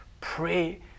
pray